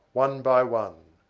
one by one.